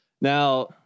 Now